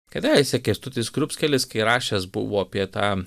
kadaise kęstutis skrupskelis kai rašęs buvo apie tą